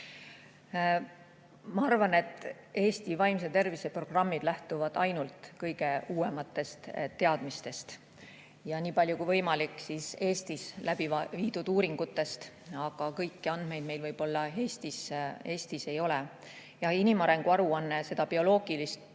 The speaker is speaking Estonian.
Ma arvan, et Eesti vaimse tervise programmid lähtuvad ainult kõige uuematest teadmistest ja nii palju kui võimalik, ka Eestis läbi viidud uuringutest. Aga kõiki andmeid meil võib-olla Eestis ei ole. Inimarengu aruanne seda bioloogilist